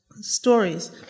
stories